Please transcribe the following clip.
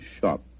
shop